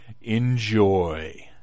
Enjoy